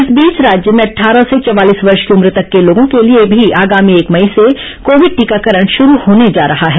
इस बीच राज्य में अट्ठारह से चवालीस वर्ष की उम्र तक के लोगों के लिए भी आगामी एक मई से कोविड टीकाकरण शुरू होने जा रहा है